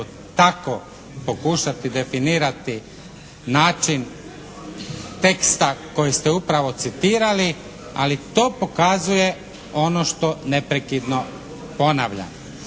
tako pokušati definirati način teksta kojeg ste upravo citirali. Ali to pokazuje ono što neprekidno ponavljam.